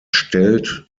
stellt